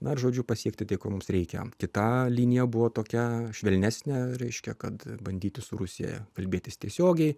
na žodžiu pasiekti tai ko mums reikia kita linija buvo tokia švelnesnė reiškia kad bandyti su rusija kalbėtis tiesiogiai